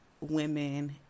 women